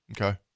Okay